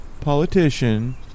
politician